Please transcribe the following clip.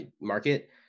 market